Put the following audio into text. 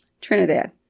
Trinidad